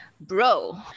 bro